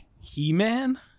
He-Man